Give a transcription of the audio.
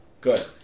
Good